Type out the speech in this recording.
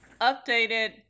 updated